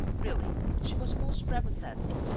really, she was most prepossessing,